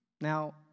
Now